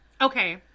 Okay